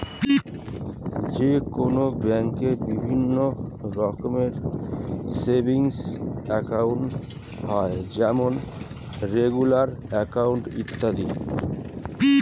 যে কোনো ব্যাঙ্কে বিভিন্ন রকমের সেভিংস একাউন্ট হয় যেমন রেগুলার অ্যাকাউন্ট, ইত্যাদি